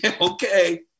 Okay